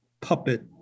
puppet